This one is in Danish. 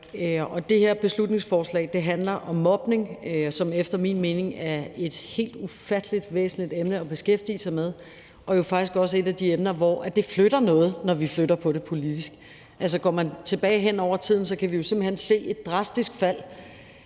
Det her beslutningsforslag handler om mobning, som efter min mening er et helt ufattelig væsentligt emne at beskæftige sig med, og jo faktisk også et af de emner, hvor det flytter noget, når vi flytter på det politisk. Altså, går man tilbage hen over tiden, kan vi jo simpelt hen se et drastisk fald